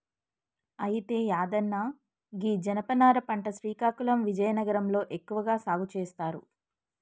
అయితే యాదన్న గీ జనపనార పంట శ్రీకాకుళం విజయనగరం లో ఎక్కువగా సాగు సేస్తారు